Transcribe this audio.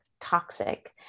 toxic